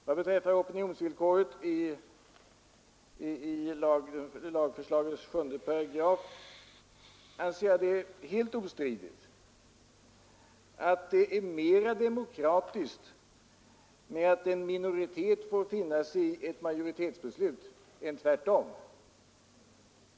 Vad beträffar opinionsvillkoret i lagförslagets 7 § anser jag det helt ostridigt att det är mera demokratiskt att en minoritet får finna sig i ett majoritetsbeslut än tvärtom.